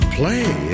play